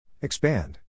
Expand